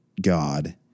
God